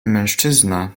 mężczyzna